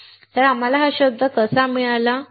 तर आम्हाला हा शब्द कसा मिळाला